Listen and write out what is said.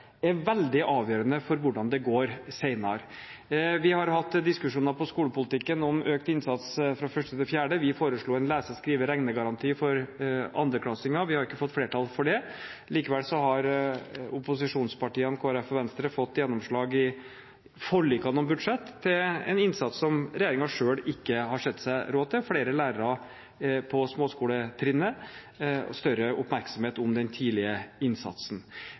er veldig avgjørende for hvordan det går senere. Vi har hatt diskusjoner i skolepolitikken om økt innsats fra første til fjerde trinn. Vi foreslo en lese-, skrive- og regnegaranti for andreklassinger. Vi har ikke fått flertall for det. Likevel har opposisjonspartiene Kristelig Folkeparti og Venstre fått gjennomslag i forlikene om budsjett for en innsats som regjeringen selv ikke har sett seg råd til: flere lærere på småskoletrinnet og større oppmerksomhet om den tidlige innsatsen.